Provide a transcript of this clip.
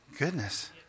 goodness